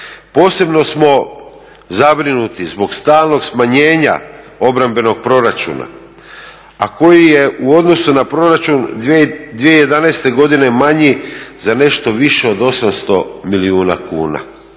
Posebno smo zabrinuti zbog stalnog smanjenja obrambenog proračuna, a koji je u odnosu na proračun 2011. godine manji za nešto više od 800 milijuna kuna.